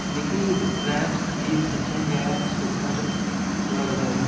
मिगी रैप संगीत सच्चैं गै सुखद लगदा ए